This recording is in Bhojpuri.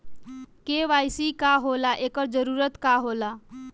के.वाइ.सी का होला एकर जरूरत का होला?